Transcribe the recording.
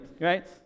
right